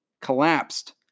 collapsed